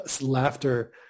Laughter